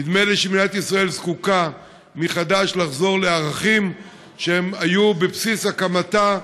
נדמה לי שמדינת ישראל זקוקה לחזור לערכים שהיו בבסיס הקמתה וקיומה,